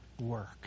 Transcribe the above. work